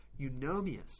Eunomius